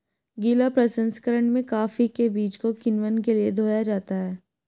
गीला प्रसंकरण में कॉफी के बीज को किण्वन के लिए धोया जाता है